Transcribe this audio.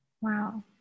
Wow